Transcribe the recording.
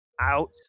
out